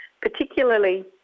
particularly